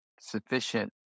sufficient